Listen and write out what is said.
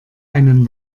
einen